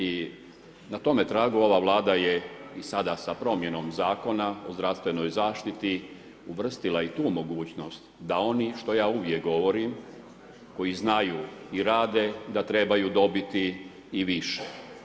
I na tome tragu ova Vlada je i sada sa promjenom Zakona o zdravstvenoj zaštiti uvrstila i tu mogućnost, da oni, što ja uvijek govorim, koji znaju i rade, da trebaju dobiti i više.